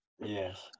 Yes